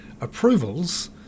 approvals